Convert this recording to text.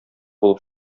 булып